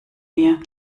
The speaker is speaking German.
mir